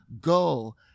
Go